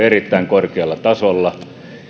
erittäin korkealla tasolla